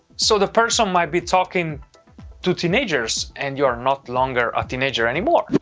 so the person might be talking to teenagers and you're not longer a teenager, anymore.